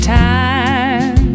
time